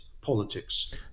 politics